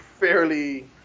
Fairly